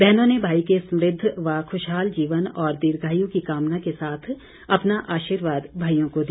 बहनों ने भाई के समृद्ध व खूशहाल जीवन और दीर्घायू की कामना के साथ अपना आशीर्वाद भाईयों को दिया